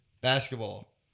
Basketball